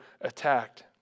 attacked